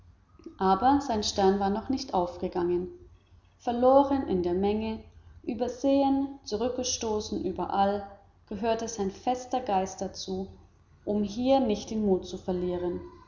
aber sein stern war noch nicht aufgegangen verloren in der menge übersehen zurückgestoßen überall gehörte sein fester geist dazu um hier nicht den mut zu verlieren